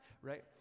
right